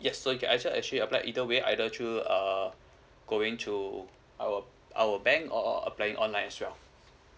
yes so you can act~ actually apply either way either through uh going to our our bank or applying online as well